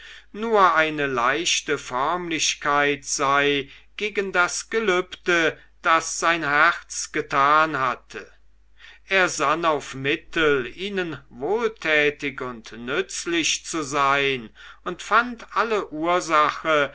nur eine leichte förmlichkeit sei gegen das gelübde das sein herz getan hatte er sann auf mittel ihnen wohltätig und nützlich zu sein und fand alle ursache